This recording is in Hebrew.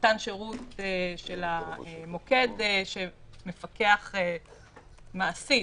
במתן שירות של המוקד שמפקח מעשית,